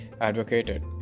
advocated